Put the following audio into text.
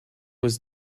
was